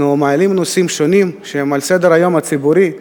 מעלים נושאים שונים שהם על סדר-היום הציבורי,